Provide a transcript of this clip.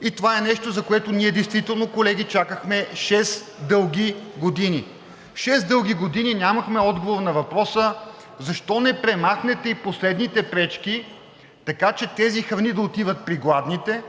и това е нещо, за което ние действително, колеги, чакахме шест дълги години. Шест дълги години нямахме отговор на въпроса. Защо не премахнете и последните пречки, така че тези храни да отиват при гладните,